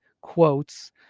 quotes